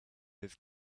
has